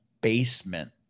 basement